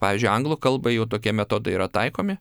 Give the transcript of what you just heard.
pavyzdžiui anglų kalba jau tokie metodai yra taikomi